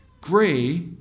gray